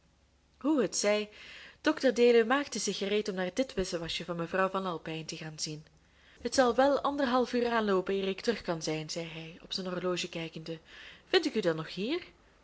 hoe het zij dr deluw maakte zich gereed om naar dit wissewasje van mevrouw van alpijn te gaan zien het zal wel anderhalf uur aanloopen eer ik terug kan zijn zei hij op zijn horloge kijkende vind ik u dan nog hier